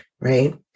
right